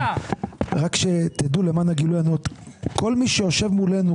כל מי שיושב מולנו,